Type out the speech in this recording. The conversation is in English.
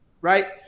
right